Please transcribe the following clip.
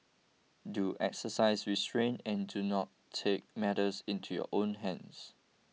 do exercise restraint and do not take matters into your own hands